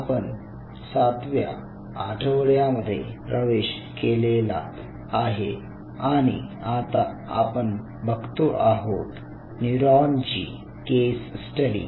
आपण सातव्या आठवड्यामध्ये प्रवेश केलेला आहे आणि आता आपण बघतो आहोत न्यूरॉनची केस स्टडी